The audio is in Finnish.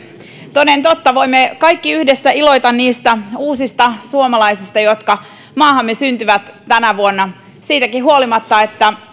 toden totta voimme kaikki yhdessä iloita niistä uusista suomalaisista jotka maahamme syntyvät tänä vuonna siitäkin huolimatta että